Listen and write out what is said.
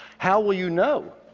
how will you know,